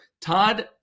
Todd